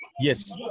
Yes